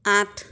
আঠ